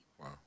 Wow